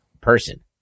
person